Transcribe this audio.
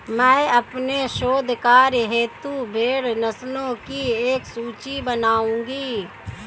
मैं अपने शोध कार्य हेतु भेड़ नस्लों की एक सूची बनाऊंगी